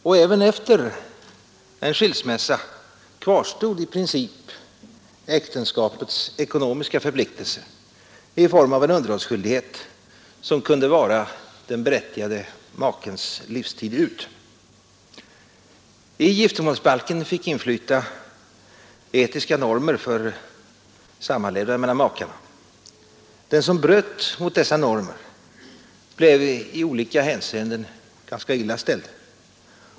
Och även efter skilsmässan kvarstod i princip äktenskapets ekonomiska förpliktelser i form av en underhållsskyldighet som kunde vara den berättigade makens livstid ut. I giftermålsbalken fick inflyta etiska normer för sammanlevnad mellan makarna. Den som bröt mot dessa normer blev i olika hänseenden ganska illa ställd.